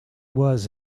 was